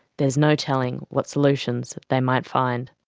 there's no telling what solutions they might find.